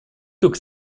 took